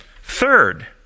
Third